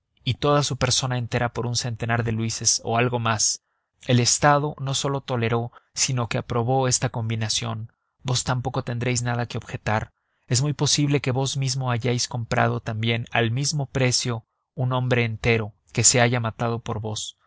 y toda su persona entera por un centenar de luises o algo más el estado no sólo toleró sino que aprobó esta combinación vos tampoco tendréis nada que objetar es muy posible que vos mismo hayáis comprado también al mismo precio un hombre entero que se haya matado por vos